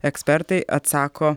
ekspertai atsako